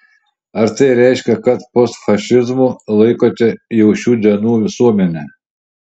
ar tai reiškia kad postfašizmu laikote jau šių dienų visuomenę